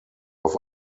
auf